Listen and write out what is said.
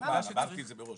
אמרתי את זה מראש.